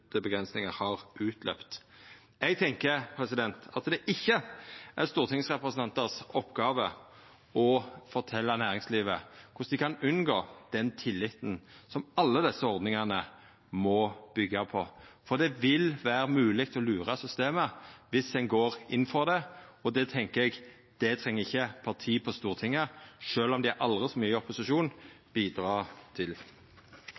har utløpt». Eg tenkjer at det ikkje er stortingsrepresentantar si oppgåve å fortelja næringslivet korleis dei kan unngå den tilliten som alle desse ordningane må byggja på. For det vil vera mogleg å lura systemet viss ein går inn for det, og eg tenkjer at det treng ikkje parti på Stortinget, sjølv om dei er aldri så mykje i opposisjon, å bidra til.